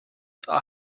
are